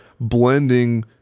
blending